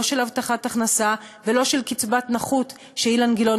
לא של הבטחת הכנסה ולא של קצבת נכות שאילן גילאון